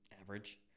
average